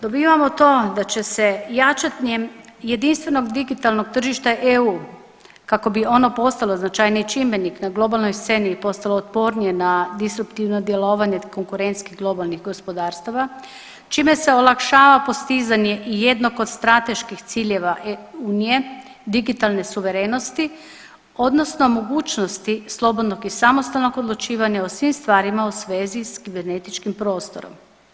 Dobivamo to da će se jačanjem jedinstvenog digitalnog tržišta EU kako bi ono postalo značajniji čimbenik na globalnoj sceni i postalo otpornije na … djelovanje konkurentskih globalnih gospodarstava čime se olakšava postizanje i jednog od strateških ciljeva Unije digitalne suverenosti odnosno mogućnosti slobodnog i samostalnog odlučivanja o svim stvarima u svezi s kibernetičkim prostorom.